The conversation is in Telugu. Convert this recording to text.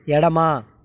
ఎడమ